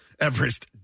Everest –